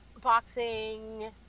boxing